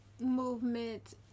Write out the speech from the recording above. movement